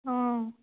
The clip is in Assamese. অঁ